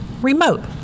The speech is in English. remote